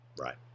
Right